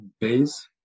base